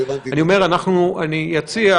אמרתי שאני אציע